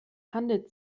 handelt